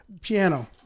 piano